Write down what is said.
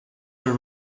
the